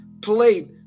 played